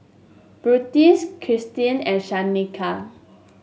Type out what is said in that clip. Krystle and Shanika